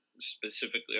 specifically